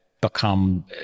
become